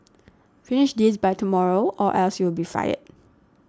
finish this by tomorrow or else you'll be fired